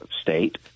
state